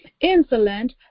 insolent